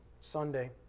Sunday